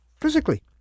physically